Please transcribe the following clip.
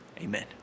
amen